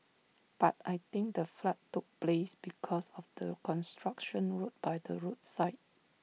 but I think the flood took place because of the construction road by the roadside